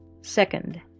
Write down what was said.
Second